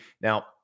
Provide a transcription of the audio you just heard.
Now